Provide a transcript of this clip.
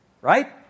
Right